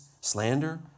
slander